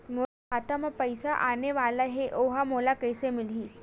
मोर खाता म पईसा आने वाला हे ओहा मोला कइसे मिलही?